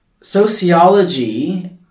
sociology